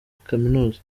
kaminuza